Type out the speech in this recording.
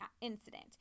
incident